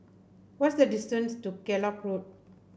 what's the distance to Kellock Road